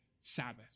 Sabbath